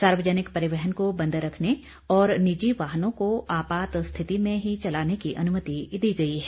सार्वजनिक परिवहन को बंद रखने व निजी वाहनों को आपात स्थिति में ही चलाने की अनुमति दी गई है